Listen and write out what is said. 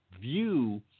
view